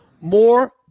more